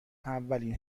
اولین